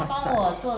!wahseh!